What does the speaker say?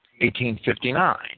1859